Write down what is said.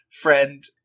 friend